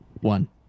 one